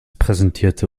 präsentierte